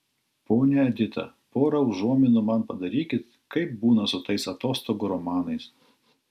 ponia edita pora užuominų man padarykit kaip būna su tais atostogų romanais